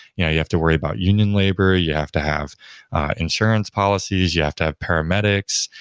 yeah you have to worry about union labor, you have to have insurance policies, you have to have paramedics,